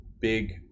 big